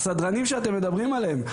הסדרנים שאתם מדברים עליהם,